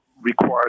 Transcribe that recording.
required